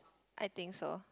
I think so